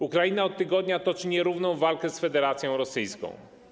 Ukraina od tygodnia toczy nierówną walkę z Federacją Rosyjską.